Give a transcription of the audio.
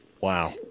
wow